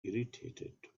irritated